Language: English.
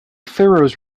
pharaohs